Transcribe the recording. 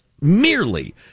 Merely